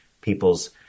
people's